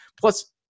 plus